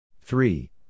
Three